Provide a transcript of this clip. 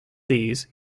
these